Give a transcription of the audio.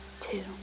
two